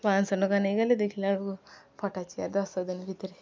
ପାଞ୍ଚଶହ ଟଙ୍କା ନେଇଗଲେ ଦେଖିଲାବେଳକୁ ଫଟା ଚେଆର ଦଶ ଦିନ ଭିତରେ